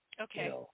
Okay